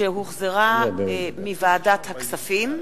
שהחזירה ועדת הכספים,